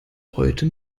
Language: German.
heute